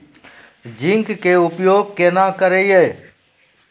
Zinc के उपयोग केना करये?